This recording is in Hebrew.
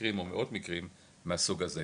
אני מדבר על עשרות מקרים או מאות מקרים מהסוג הזה.